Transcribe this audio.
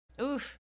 Oof